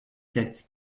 sept